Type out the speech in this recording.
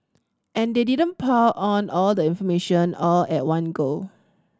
and they didn't pile on all the information all at one go